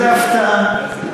איזו הפתעה.